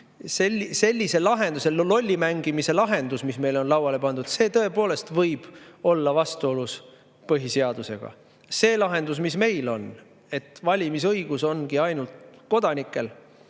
veel: selline lollimängimise lahendus, mis meil on lauale pandud, võib tõepoolest olla vastuolus põhiseadusega. See lahendus, mis meil on, et valimisõigus ongi ainult kodanikel,